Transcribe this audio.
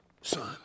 son